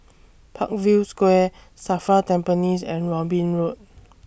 Parkview Square SAFRA Tampines and Robin Road